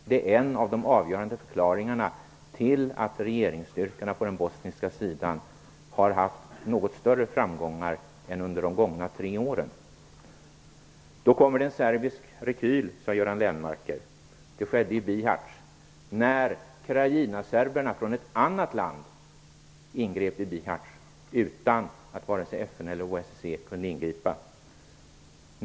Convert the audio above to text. Det är en av de avgörande förklaringarna till att regeringsstyrkorna på den bosniska sidan nu har haft något större framgångar än under de gångna tre åren. Då kommer en serbisk rekyl, sade Göran Lennmarker. Det skedde i Bihac när ukrainaserberna från ett annat land ingrep i Bihac utan att vare sig FN eller OSSE kunde ingripa.